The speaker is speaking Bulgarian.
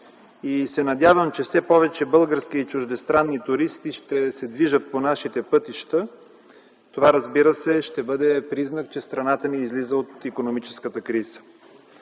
Надявам се, че все повече български и чуждестранни туристи ще се движат по нашите пътища. Това ще бъде признак, че страната ни излиза от икономическата криза.